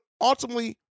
ultimately